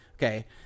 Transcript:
Okay